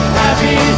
happy